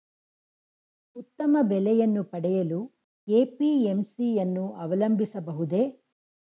ಉತ್ತಮ ಬೆಲೆಯನ್ನು ಪಡೆಯಲು ಎ.ಪಿ.ಎಂ.ಸಿ ಯನ್ನು ಅವಲಂಬಿಸಬಹುದೇ?